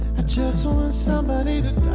just want somebody to